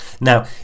Now